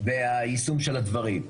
והיישום של הדברים.